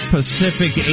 Pacific